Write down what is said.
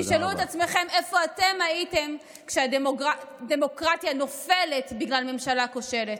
תשאלו את עצמכם איפה אתם הייתם כשהדמוקרטיה נופלת בגלל ממשלה כושלת.